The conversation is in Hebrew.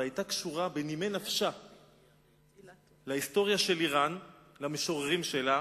והיתה קשורה בנימי נפשה להיסטוריה של אירן ולמשוררים שלה.